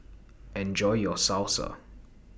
Enjoy your Salsa